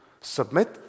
submit